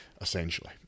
Essentially